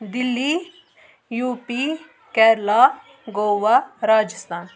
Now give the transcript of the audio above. Delhi U P Kerala Goa Rajasthan